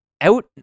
Out